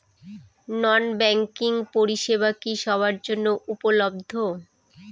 নন banking পরিষেবা কি সবার জন্য উপলব্ধ?